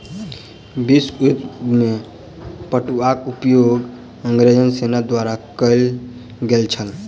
विश्व युद्ध में पटुआक उपयोग अंग्रेज सेना द्वारा कयल गेल छल